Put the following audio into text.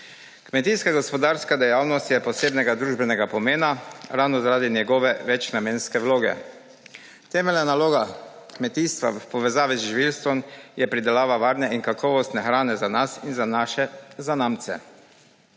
Kmetijska gospodarska dejavnost je posebnega družbenega pomena ravno zaradi njegove večnamenske vloge. Temeljna naloga kmetijstva v povezavi z živilstvom je pridelava varne in kakovostne hrane za nas in za naše zanamce.